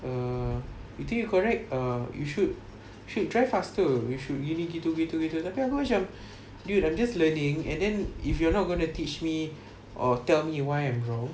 err you think you correct err you should should drive faster you should gini gitu gitu gitu tapi aku macam dude I'm just learning and then if you're not gonna teach me or tell me why I am wrong